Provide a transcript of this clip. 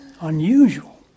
unusual